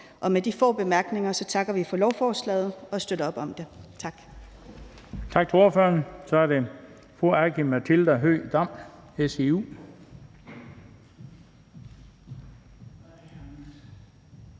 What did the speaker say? om. Med de få bemærkninger takker vi for lovforslaget og støtter op om det. Tak.